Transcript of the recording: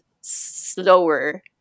slower